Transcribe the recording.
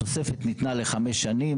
התוספת ניתנה לחמש שנים.